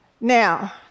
Now